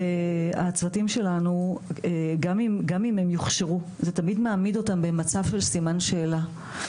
והצוותים שלנו גם אם הם יוכשרו זה תמיד מעמיד אותם במצב של סימן שאלה,